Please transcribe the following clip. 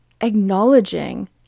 acknowledging